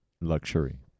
luxury